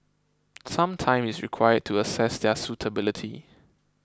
some time is required to assess their suitability